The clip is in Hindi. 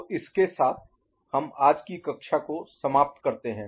तो इसके साथ हम आज की कक्षा को समाप्त करते हैं